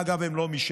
אגב, הם לא מש"ס.